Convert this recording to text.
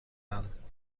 اند